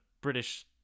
british